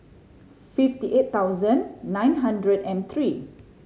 fifty eight thousand nine hundred and three